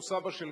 הוא סבא של גל.